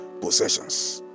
possessions